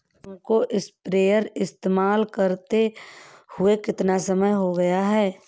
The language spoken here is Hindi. तुमको स्प्रेयर इस्तेमाल करते हुआ कितना समय हो गया है?